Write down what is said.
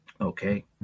Okay